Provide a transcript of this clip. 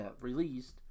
released